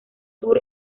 sur